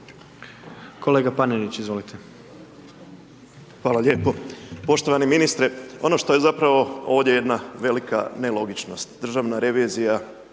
Tomislav (MOST)** Hvala lijepo, poštovani ministre ono što je zapravo ovdje jedna velika nelogičnost, državna revizija